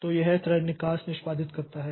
तो यह pthread निकास निष्पादित करता है